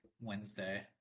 Wednesday